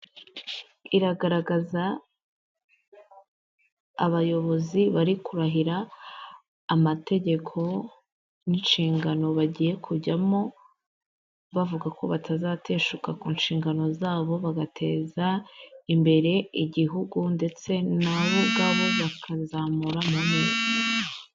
Iragaragaza abayobozi bari kurahira, amategeko, n'inshingano bagiye kujyamo bavuga ko batazateshuka ku nshingano zabo bagateza imbere igihugu ndetse nabo ubwabo bakazamura n'amazina.